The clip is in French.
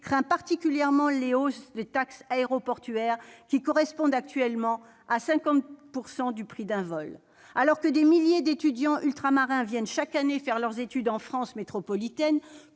craint particulièrement les hausses des taxes aéroportuaires, qui correspondent actuellement à 50 % du prix d'un vol. Alors que des milliers d'étudiants ultramarins viennent chaque année faire leurs études en France métropolitaine,